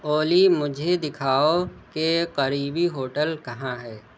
اولی مجھے دکھاؤ کہ قریبی ہوٹل کہاں ہے